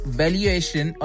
valuation